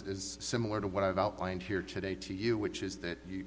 is similar to what i've outlined here today to you which is that you